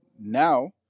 Now